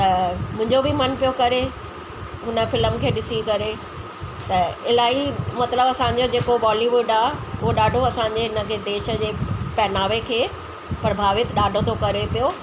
त मुंहिंजो बि मन पियो करे हुन फिल्म खे ॾिसी करे त इलाही मतिलब जेको बॉलीवुड आहे हो ॾाढो असांजे इन खे देश जे पहनावे खे प्रभावित ॾाढो थो करे पियो